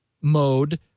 mode